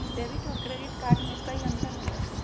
Debit और credit card में कई अंतर हई?